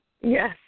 Yes